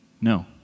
No